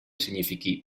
significhi